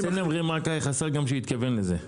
אצלנו אומרים, חסר גם שהוא התכוון לזה.